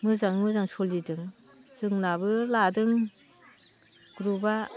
मोजाङै मोजां सोलिदों जोंनाबो लादों ग्रुपआ